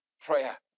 prayer